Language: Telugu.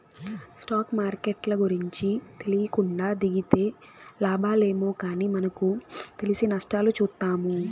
స్టాక్ మార్కెట్ల గూర్చి తెలీకుండా దిగితే లాబాలేమో గానీ మనకు తెలిసి నష్టాలు చూత్తాము